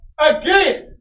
again